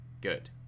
Good